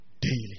daily